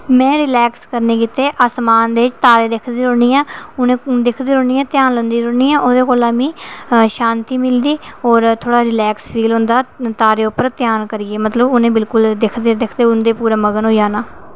में रिलैक्स करने गित्तै आसमान दे तारे दिखदी रौह्न्नी आं उ'नेंगी दिखदी रौह्न्नी आं ध्यान लांदी रौह्न्नी ओह्दे कोला मिगी शांति मिलदी और थोह्ड़ा रिलैक्स फील होंदा तारें उप्पर ध्यान करिये मतलब उ'नेंगी बिल्कुल दिखदे दिखदे ते उं'दे च पूरा मगन होई जाना